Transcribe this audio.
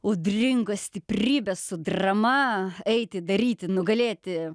audringos stiprybės su drama eiti daryti nugalėti